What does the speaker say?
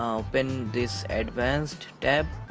open this advanced tab.